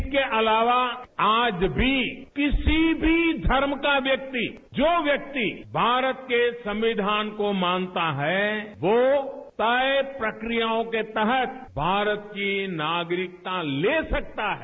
इसके अलावा आज भी किसी भी धर्म का व्यक्ति जो व्यक्ति भारत के संविधान को मानता है वो तय प्रक्रियाओं के तहत भारत की नागरिकता ले सकता है